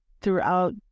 Throughout